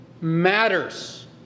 matters